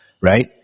right